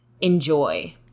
enjoy